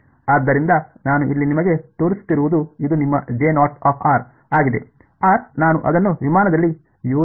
ಆದ್ದರಿಂದ ನಾನು ಇಲ್ಲಿ ನಿಮಗೆ ತೋರಿಸುತ್ತಿರುವುದು ಇದು ನಿಮ್ಮ ಆಗಿದೆ r ನಾನು ಅದನ್ನು ವಿಮಾನದಲ್ಲಿ ಯೋಜಿಸಿದ್ದೇನೆ